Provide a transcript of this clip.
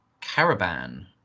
caravan